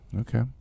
Okay